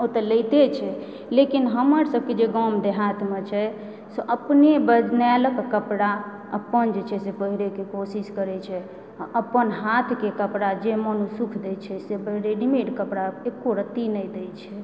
ओ तऽ लेइते छै लेकिन हमर सबकेँ जे गाँव देहातमे छै से अपने बनाएल कपड़ा अपन जे छै से पहिरैके कोशिश करै छै अपन हाथके कपड़ा जे मोनमे सुख दए छै से रेडीमेड कपड़ा एको रती नहि दए छै